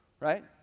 right